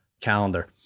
calendar